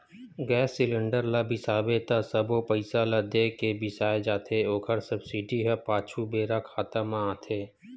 गेस cylinder ल बिसाबे त सबो पइसा ल दे के बिसाए जाथे ओखर सब्सिडी ह पाछू बेरा खाता म आथे